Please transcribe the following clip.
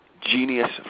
genius